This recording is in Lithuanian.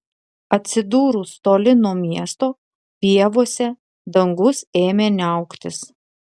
atsidūrus toli nuo miesto pievose dangus ėmė niauktis